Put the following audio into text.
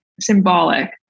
symbolic